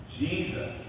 jesus